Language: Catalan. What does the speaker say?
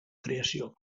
creació